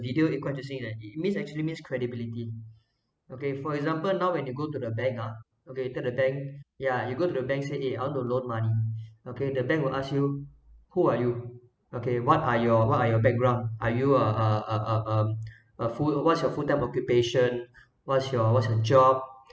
video and quite interesting is that it means actually means credibility okay for example now when you go to the bank ah okay tell the bank yeah you go to the bank say eh I want loan money okay the bank will ask you who are you okay what are your what are your background are you a a a a um a full what's your full time occupation what's your what's your job